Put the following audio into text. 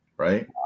Right